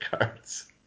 cards